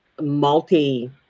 multi